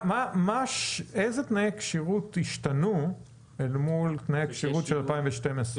איזה תנאי כשירות השתנו אל מול תנאי הכשירות של 2012?